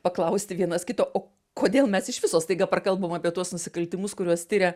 paklausti vienas kito o kodėl mes iš viso staiga prakalbom apie tuos nusikaltimus kuriuos tiria